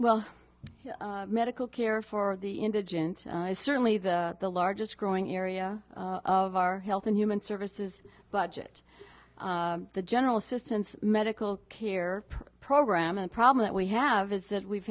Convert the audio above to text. well medical care for the indigent is certainly the the largest growing area of our health and human services budget the general assistance medical care program and problem that we have is that we've